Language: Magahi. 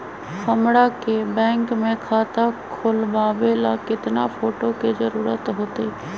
हमरा के बैंक में खाता खोलबाबे ला केतना फोटो के जरूरत होतई?